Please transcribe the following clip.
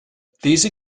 these